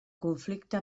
conflicte